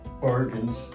bargains